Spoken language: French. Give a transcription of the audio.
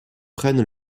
prennent